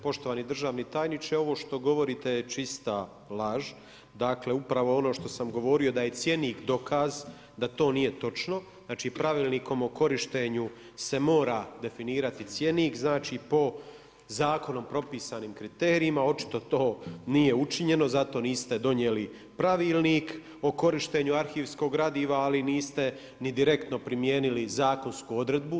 Poštovani državni tajniče, ovo što govorite je čista laž. dakle upravo ono što sam govorio da je cjenik dokaz da to nije točno, pravilnikom o korištenju se mora definirati cjenik po zakonom propisanim kriterijima, očito to nije učinjeno zato niste donijeli pravilnik o korištenju arhivskog gradiva, ali niste ni direktno primijenili zakonsku odredbu.